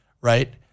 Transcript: right